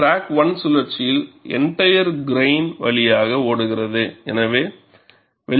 crack 1 சுழற்சியில் entire grain வழியாக ஓடுகிறது